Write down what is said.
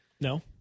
No